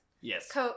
Yes